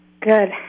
Good